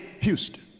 Houston